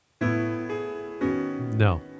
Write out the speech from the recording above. No